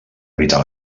evitar